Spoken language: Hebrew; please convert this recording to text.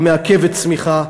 היא מעכבת צמיחה,